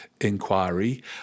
inquiry